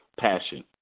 passion